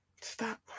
stop